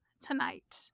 tonight